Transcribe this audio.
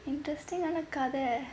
interesting ஆன கத:aana katha